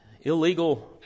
illegal